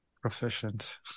proficient